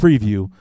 preview